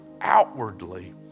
outwardly